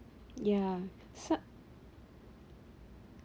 ya so